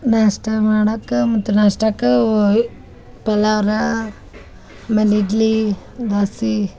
ನಾಷ್ಟ ಮಾಡಾಕ ಮತ್ತೆ ನಾಷ್ಟಾಕ ಫಲಹಾರ ಆಮೇಲೆ ಇಡ್ಲಿ ದೋಸೆ